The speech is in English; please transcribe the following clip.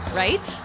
right